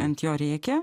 ant jo rėkia